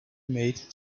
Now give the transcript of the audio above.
made